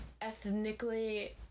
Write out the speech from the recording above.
ethnically